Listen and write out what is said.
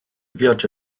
piogge